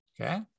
Okay